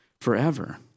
forever